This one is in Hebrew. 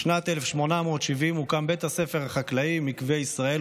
בשנת 1870 הוקם בית הספר החקלאי מקווה ישראל,